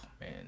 man